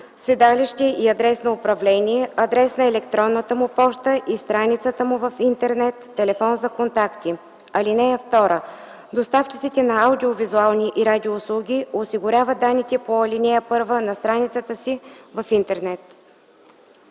седалище и адрес на управление, адрес на електронната му поща и страницата му в интернет, телефон за контакти. (2) Доставчиците на аудио-визуални и радиоуслуги осигуряват данните по ал. 1 на страницата си в интернет.”